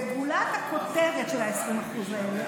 בגולת הכותרת של ה-20% האלה,